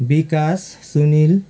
विकास सुनिल